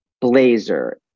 blazer